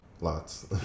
Lots